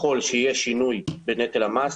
ככל שיהיה שינוי בנטל המס,